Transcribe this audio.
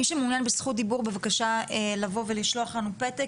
מי שמעוניין בזכות דיבור בבקשה לשלוח לנו פתק